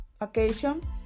occasion